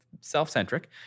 self-centric